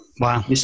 Wow